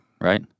Right